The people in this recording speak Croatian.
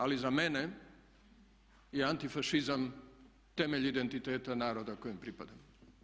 Ali za mene je antifašizam temelj identiteta naroda kojem pripadam.